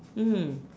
mm